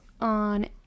on